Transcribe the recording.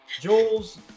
Jules